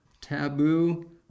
Taboo